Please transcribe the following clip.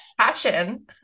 passion